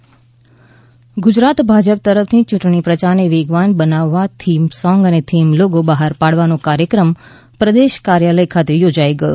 ભાજપ ચૂંટણી પ્રચાર સામગ્રી ગુજરાત ભાજપ તરફથી ચૂંટણી પ્રયારને વેગવાન બનાવવા થીમ સોંગ અને થીમ લોગો બહાર પાડવાનો કાર્યક્રમ પ્રદેશ કાર્યાલય ખાતે યોજાઈ ગયો